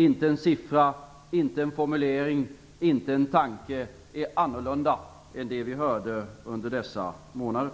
Inte en siffra, inte en formulering, inte en tanke är annorlunda än vad vi hörde under dessa månader.